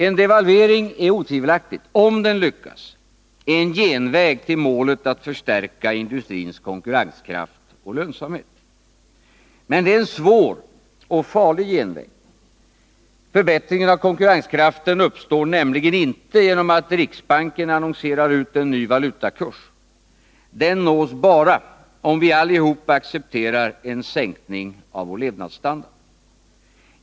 En devalvering är otvivelaktigt — om den lyckas — en genväg till målet att förstärka industrins konkurrenskraft och lönsamhet. Men det är en svår och farlig genväg. Förbättringen av konkurrenskraften uppnås nämligen inte genom att riksbanken annonserar ut en ny valutakurs. Den nås bara om vi alla accepterar en sänkning av vår levnadsstandard.